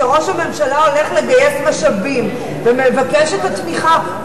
שראש הממשלה הולך לגייס משאבים ומבקש את התמיכה.